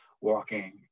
walking